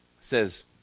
says